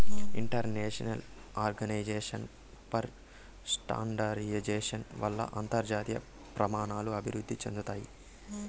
international organization for standardization వల్ల అంతర్జాతీయ ప్రమాణాలు అభివృద్ధి చెందుతాయి